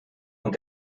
und